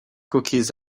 cookies